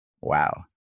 Wow